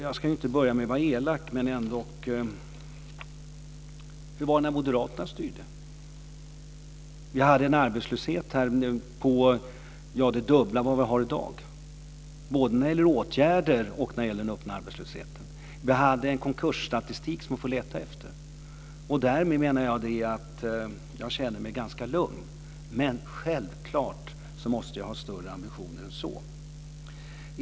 Jag ska inte börja med att vara elak, men hur var det när moderaterna styrde? Arbetslösheten var den dubbla mot i dag, både när det gäller åtgärder och öppen arbetslöshet. Vi hade en konkursstatistik som man får leta efter. Jag känner mig ganska lugn. Men självklart måste jag ha högre ambitioner än så.